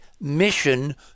mission